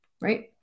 Right